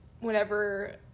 whenever